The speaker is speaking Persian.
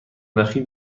نخی